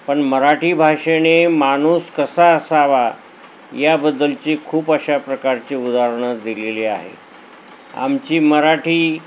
पण मराठी भाषेने माणूस कसा असावा याबद्दलची खूप अशा प्रकारची उदाहरणं दिलेली आहेत आमची मराठी